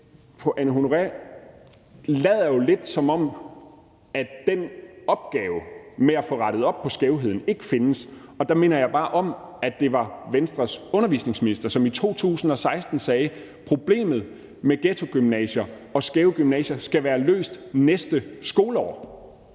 fru Anne Honoré Østergaard lader jo lidt, som om den opgave med at få rettet op på skævheden ikke findes, og der minder jeg bare om, at det var Venstres undervisningsminister, som i 2016 sagde: Problemet med ghettogymnasier og skæve gymnasier skal være løst næste skoleår.